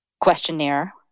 questionnaire